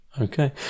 okay